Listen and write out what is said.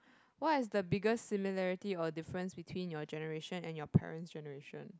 what is the biggest similarity or difference between your generation and your parent's generation